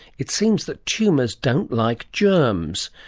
it seems that tumours don't like germs,